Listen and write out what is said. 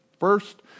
First